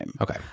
Okay